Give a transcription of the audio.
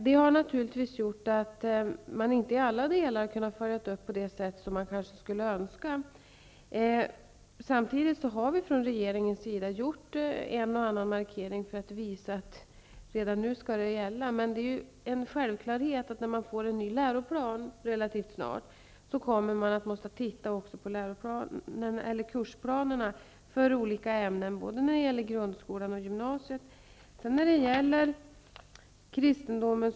Det har naturligtvis gjort att man inte i alla delar har kunnat följa upp dem på det sätt som man kanske skulle önska. Samtidigt har vi från regeringens sida gjort en och annan markering för att visa att de nya direktiven skall gälla redan nu. I och med att det relativt snart kommer en ny läroplan är det självklart att det också kommer att bli nödvändigt att se över kursplanerna för olika ämnen både när det gäller grundskolan och när det gäller gymnasiet.